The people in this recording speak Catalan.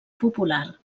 popular